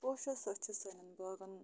پوشو سۭتۍ چھِ سانٮ۪ن باغَن